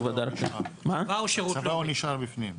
צבא הוא נשאר בפנים.